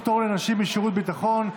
פטור לנשים משירות ביטחון),